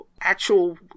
Actual